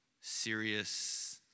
serious